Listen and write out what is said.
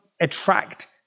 attract